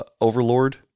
overlord